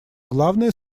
главное